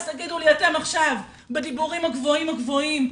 אז תגידו לי אתם עכשיו בדיבורים הגבוהים גבוהים,